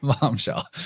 Bombshell